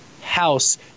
house